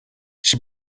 she